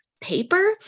paper